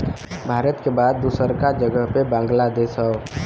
भारत के बाद दूसरका जगह पे बांग्लादेश हौ